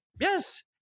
Yes